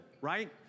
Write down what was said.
right